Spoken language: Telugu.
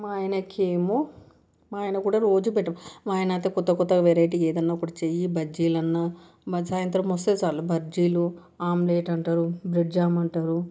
మా ఆయనకు ఏమో మా ఆయన కూడా రోజు పెట్ట మా ఆయన అయితే కొత్త కొత్త వేరైటీ ఏదన్నా ఒకటి చెయ్యి బజ్జీలన్నా సాయంతరం వస్తే చాలు బజ్జీలు ఆమ్లెట్ అంటారు బ్రెడ్ జామ్ అంటారు